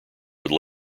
would